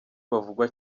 bavugwa